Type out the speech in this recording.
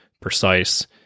precise